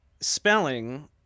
spelling